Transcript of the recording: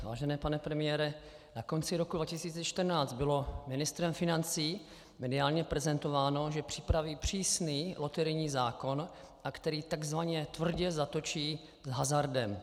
Vážený pane premiére, na konci roku 2014 bylo ministrem financí mediálně prezentováno, že připraví přísný loterijní zákon, který takzvaně tvrdě zatočí s hazardem.